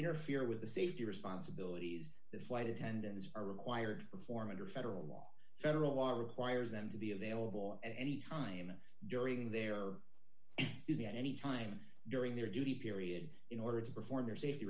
interfere with the safety responsibilities that flight attendants are required performance or federal law federal law requires them to be available at any time during their duty at any time during their duty period in order to perform their safety